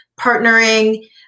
partnering